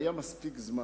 והיה מספיק זמן.